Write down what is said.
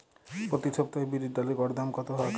প্রতি সপ্তাহে বিরির ডালের গড় দাম কত থাকে?